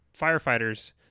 firefighters